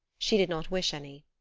she did not wish any.